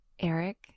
Eric